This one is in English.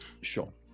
Sure